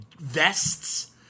vests